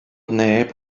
neb